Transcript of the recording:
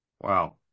Wow